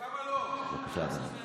אז למה את לא רוצה שהם יהיו במעצר?